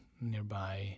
nearby